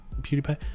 PewDiePie